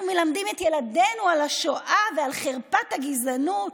אנחנו מלמדים את ילדינו על השואה ועל חרפת הגזענות,